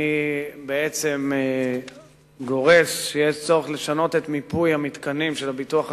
אני גורס שיש צורך לשנות את מיפוי המתקנים של הביטוח הלאומי,